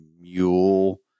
mule